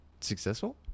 Successful